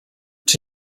czy